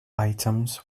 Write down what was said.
items